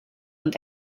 und